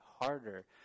harder